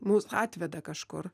mus atveda kažkur